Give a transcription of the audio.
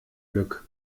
glück